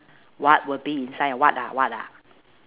what will be inside what ah what ah